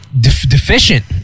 deficient